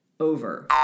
over